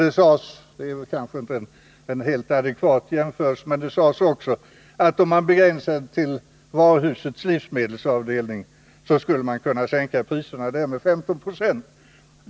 Det sades också — men det är kanske inte en helt adekvat jämförelse — att om man begränsade sig enbart till varuhusets livsmedelsavdelning, så skulle man kunna sänka priserna där med 15 90.